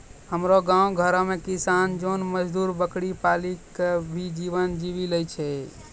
हमरो गांव घरो मॅ किसान जोन मजदुर बकरी पाली कॅ भी जीवन जीवी लॅ छय